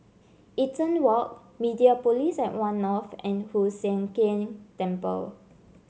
Eaton Walk Mediapolis at One North and Hoon Sian Keng Temple